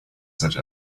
such